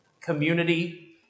community